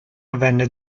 avvenne